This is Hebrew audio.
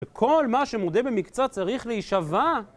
וכל מה שמודה במקצת צריך להישבע